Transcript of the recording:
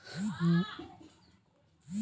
सुनील छि पेरिसत बहुत अच्छा मोति मिल छेक